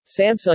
Samsung